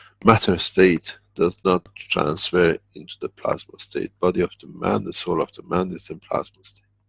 matter-state does not transfer into the plasma-state. body of the man, the soul of the man is in plasma-state.